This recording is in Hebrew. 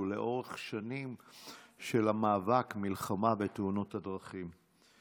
של מאבק בתאונות הדרכים לאורך שנים.